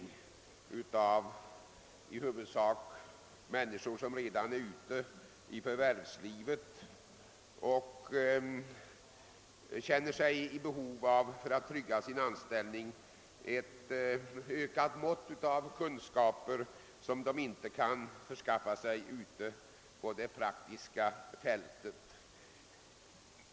De människor det här gäller är sådana som redan är ute i förvärvslivet men känner behov av ett ökat mått av kunskaper för att trygga sin anställning, kunskaper som de inte kan skaffa sig ute på det praktiska fältet.